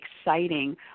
exciting